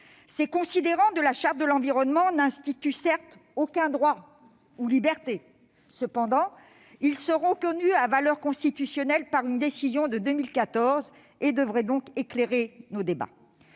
Ces considérants de la Charte de l'environnement n'instituent certes aucun droit ou liberté. Cependant, ils sont reconnus de valeur constitutionnelle par une décision de 2014 et devraient donc éclairer nos débats.